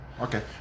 Okay